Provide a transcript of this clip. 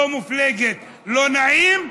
לא מפלגת לא נעים,